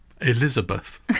Elizabeth